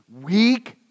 weak